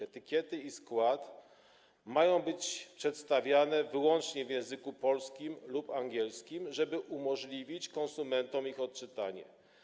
Etykiety i skład mają być przedstawiane wyłącznie w języku polskim lub angielskim, żeby umożliwić konsumentom ich odczytanie.